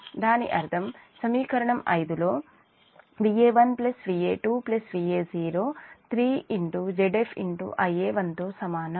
దాని అర్థము సమీకరణం 5 లో Va1 Va2 Va0 3 ZfIa1 తో సమానం